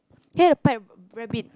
he had a pet rabbit